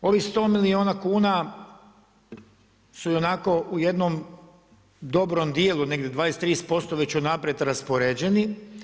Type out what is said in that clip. Ovih 100 milijuna kuna su ionako u jednom dobrom dijelu negdje 20, 30% već unaprijed raspoređeni.